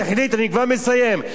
אני כבר מסיים.